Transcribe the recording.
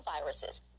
viruses